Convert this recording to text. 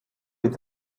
with